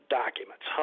documents